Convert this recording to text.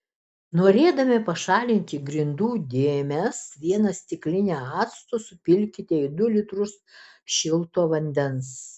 norėdami pašalinti grindų dėmes vieną stiklinę acto supilkite į du litrus šilto vandens